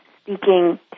speaking